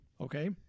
Okay